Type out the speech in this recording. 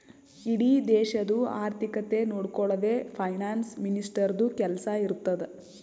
ಇಡೀ ದೇಶದು ಆರ್ಥಿಕತೆ ನೊಡ್ಕೊಳದೆ ಫೈನಾನ್ಸ್ ಮಿನಿಸ್ಟರ್ದು ಕೆಲ್ಸಾ ಇರ್ತುದ್